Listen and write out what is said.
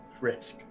risk